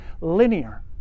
linear